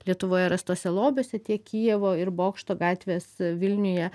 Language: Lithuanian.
lietuvoje rastuose lobiuose tiek kijevo ir bokšto gatvės vilniuje